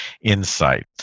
insight